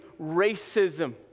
racism